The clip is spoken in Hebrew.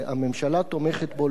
שהממשלה תומכת בו,